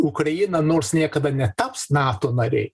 ukraina nors niekada netaps nato narė